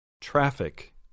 Traffic